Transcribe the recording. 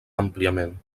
àmpliament